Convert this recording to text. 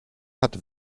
hat